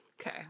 Okay